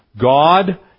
God